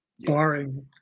Barring